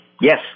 yes